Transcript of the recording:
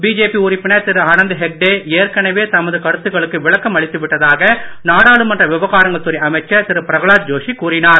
BJP உறுப்பினர் திரு அனந்த் ஹெக்டே ஏற்கனவே தமது கருத்துக்களுக்கு விளக்கம் அளித்து விட்டதாக நாடாளுமன்ற விவகாரங்கள் துறை அமைச்சர் திரு பிரகலாத் ஜோஷி கூறினார்